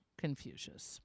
Confucius